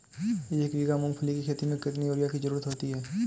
एक बीघा मूंगफली की खेती में कितनी यूरिया की ज़रुरत होती है?